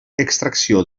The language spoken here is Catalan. extracció